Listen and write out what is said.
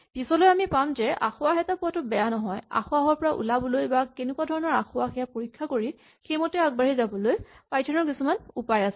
পিছলৈ আমি পাম যে আসোঁৱাহ এটা পোৱাটো বেয়া নহয় আসোঁৱাহৰ পৰা ওলাবলৈ বা কেনেকুৱা ধৰণৰ আসোঁৱাহ সেয়া পৰীক্ষা কৰি সেইমতে আগবাঢ়ি যাবলৈ পাইথন ৰ কিছুমান উপায় আছে